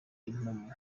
impamo